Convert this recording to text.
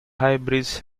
hybrids